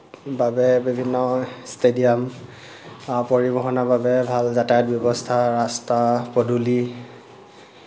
বাবে বিভিন্ন ষ্টেডিউআম পৰিবহনৰ বাবে ভাল যাতায়ত ব্যৱস্থা ৰাস্তা পদূলি